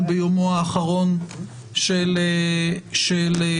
אנחנו ביומו האחרון של החג,